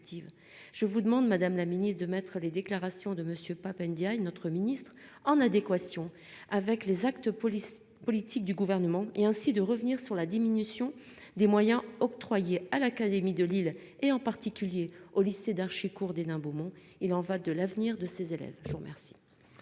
Je vous demande Madame la Ministre de mettre les déclarations de monsieur Pap Ndiaye notre ministre en adéquation avec les actes police politique du gouvernement et ainsi de revenir sur la diminution des moyens octroyés à l'académie de Lille et en particulier au lycée d'Achicourt d'Hénin-Beaumont. Il en va de l'avenir de ses élèves. Bonjour, merci.